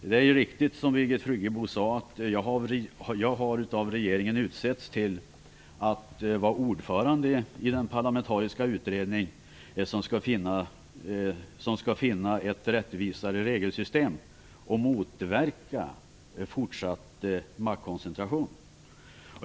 Det är riktigt som Birgit Friggebo sade, nämligen att jag av regeringen har utsetts till att vara ordförande i den parlamentariska utredning som skall finna ett rättvisare regelsystem och motverka fortsatt maktkoncentration.